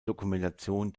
dokumentation